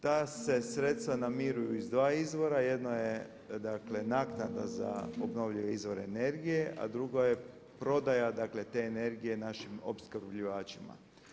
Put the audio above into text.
Ta se sredstva namiruju iz dva izvora, jedno je dakle naknada za obnovljive izvore energije a drugo je prodaja, dakle te energije našim opskrbljivačima.